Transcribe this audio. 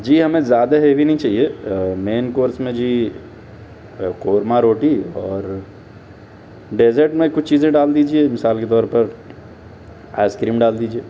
جی ہمیں زیادہ ہیوی نہیں چاہیے مین کورس میں جی قورما روٹی اور ڈیزرٹ میں کچھ چیزیں ڈال دیجیے مثال کے طور پر آئس کریم ڈال دیجیے